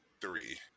three